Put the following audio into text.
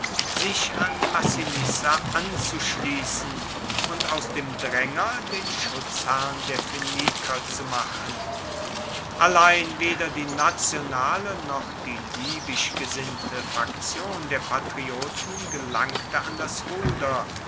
sich an massinissa anzuschliessen und aus dem draenger den schutzherrn der phoeniker zu machen allein weder die nationale noch die libysch gesinnte faktion der patrioten gelangte an das ruder